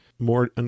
more